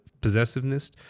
possessiveness